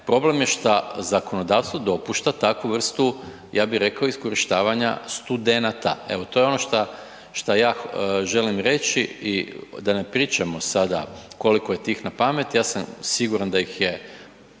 problem je šta zakonodavstvo dopušta takvu vrstu, ja bi reko, iskorištavanja studenata, evo to je ono šta, šta ja želim reći i da ne pričamo sada koliko je tih napamet, ja sam siguran da ih je